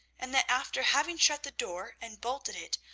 and that, after having shut the door and bolted it,